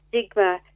stigma